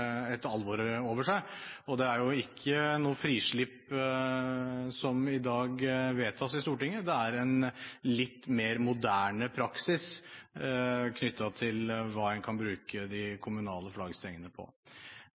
et alvor over seg. Det er ikke noe frislipp som i dag vedtas i Stortinget, det er en litt mer moderne praksis knyttet til hva man kan bruke de